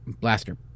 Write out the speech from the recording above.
blaster